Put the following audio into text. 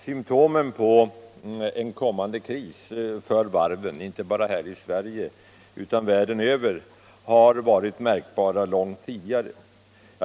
Symptomen på en kommande kris för varven inte bara här i Sverige utan världen över har varit märkbara långt tidigare.